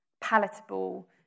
palatable